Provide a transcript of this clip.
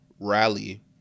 rally